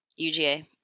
UGA